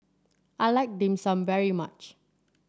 I like Dim Sum very much